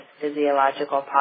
physiological